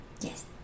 Yes